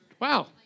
Wow